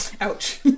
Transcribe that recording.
ouch